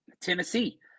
Tennessee